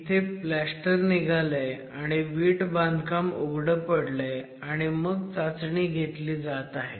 इथे प्लास्टर निघालंय आणि वीट बांधकाम उघडं पडलंय आणि मग चाचणी घेतली जात आहे